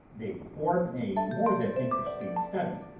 they form a more than interesting study.